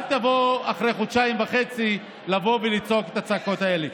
אל תבוא אחרי חודשיים וחצי לצעוק את הצעקות האלה.